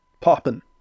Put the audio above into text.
Popping